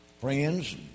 friends